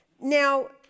Now